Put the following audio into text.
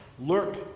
lurk